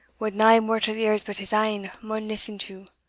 what nae mortal ears but his ain maun listen to.